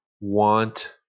want